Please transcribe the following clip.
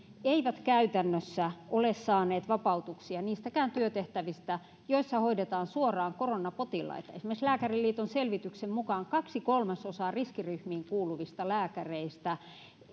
eivät käytännössä ole saaneet vapautuksia niistäkään työtehtävistä joissa hoidetaan suoraan koronapotilaita esimerkiksi lääkäriliiton selvityksen mukaan kaksi kolmasosaa riskiryhmiin kuuluvista lääkäreistä